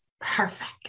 perfect